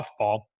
Softball